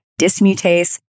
dismutase